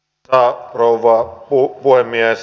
arvoisa rouva puhemies